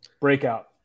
breakout